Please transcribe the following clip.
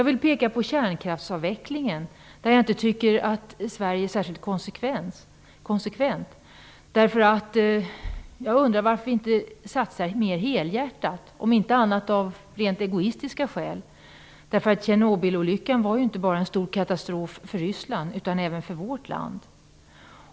I fråga om kärnkraftsavvecklingen tycker jag inte att Sverige är särskilt konsekvent. Jag undrar varför det inte satsas mera helhjärtat, om inte annat så av rent egoistiska skäl. Tjernobylolyckan var ju en stor katastrof inte bara för Ryssland utan även för vårt land.